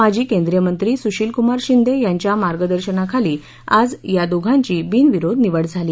माजी केंद्रीय मंत्री सुशीलकुमार शिंदे यांच्या मार्गदर्शनाखाली आज या दोघांची बिनविरोध निवड झाली